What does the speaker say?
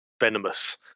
venomous